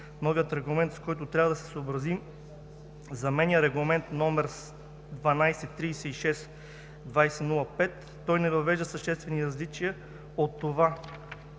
Новият Регламент, с който трябва да се съобразим, заменя Регламент № 1236/2005. Той не въвежда съществени различия от това,